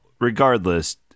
regardless